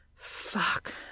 Fuck